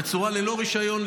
ללא רישיון,